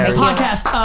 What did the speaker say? ah podcast.